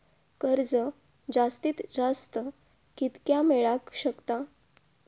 कर्ज जास्तीत जास्त कितक्या मेळाक शकता?